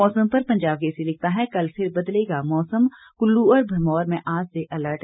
मौसम पर पंजाब केसरी लिखता है कल फिर बदलेगा मौसम कुल्लू और भरमौर में आज से अलर्ट